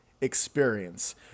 experience